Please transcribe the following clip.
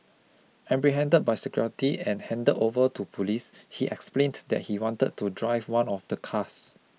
apprehended by security and handed over to police he explained that he had wanted to drive one of the cars